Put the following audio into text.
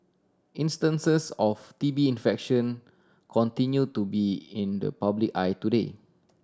instances of T B infection continue to be in the public eye today